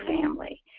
family